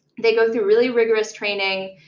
they go through really rigorous training.